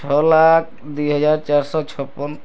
ଛଅ ଲକ୍ଷ ଦୁଇ ହଜାର ଚାରି ଶହ ଛପନ୍